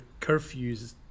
curfews